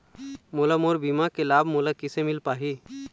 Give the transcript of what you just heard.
मोला मोर बीमा के लाभ मोला किसे मिल पाही?